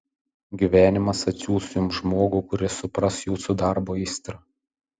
gyvenimas atsiųs jums žmogų kuris supras jūsų darbo aistrą